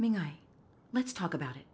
mean i let's talk about it